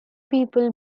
people